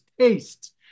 tastes